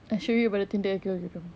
I showed you about the tinder algorithm